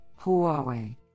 Huawei